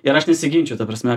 ir aš nesiginčyju ta prasme